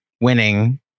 winning